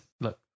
Look